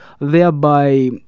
thereby